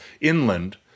inland